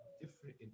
different